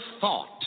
thought